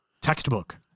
Textbook